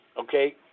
okay